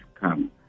come